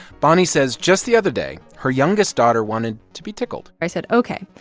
bonnie says just the other day, her youngest daughter wanted to be tickled i said, ok.